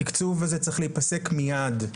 התקצוב הזה צריך להיפסק מייד,